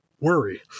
worry